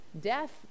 death